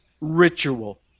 ritual